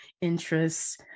interests